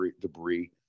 debris